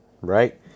right